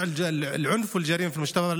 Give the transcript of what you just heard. סעו בזהירות בכבישים.